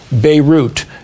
Beirut